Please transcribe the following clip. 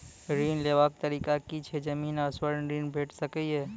ऋण लेवाक तरीका की ऐछि? जमीन आ स्वर्ण ऋण भेट सकै ये?